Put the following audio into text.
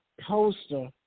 poster